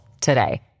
today